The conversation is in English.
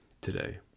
today